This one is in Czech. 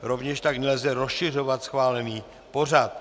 Rovněž tak nelze rozšiřovat schválený pořad.